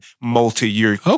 multi-year